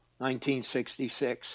1966